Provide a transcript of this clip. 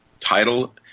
title